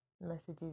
messages